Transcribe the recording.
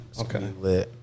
Okay